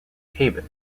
haven